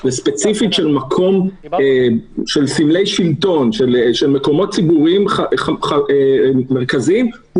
וספציפית של מקומות ציבוריים מרכזיים עם סמלי שלטון,